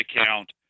account